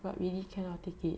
but really cannot take it